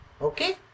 okay